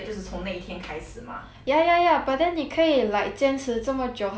ya ya ya but then 你可以 like 坚持这么久还不开你很厉害 sia